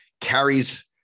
carries